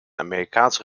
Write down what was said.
amerikaanse